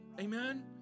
Amen